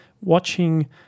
watching